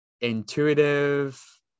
intuitive